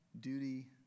duty